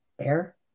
Air